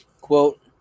Quote